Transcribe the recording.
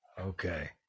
Okay